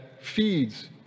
feeds